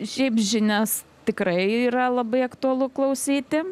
šiaip žinias tikrai yra labai aktualu klausyti